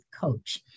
coach